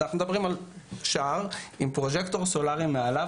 אז אנחנו מדברים על שער עם פרוז'קטור סולארי מעליו,